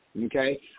Okay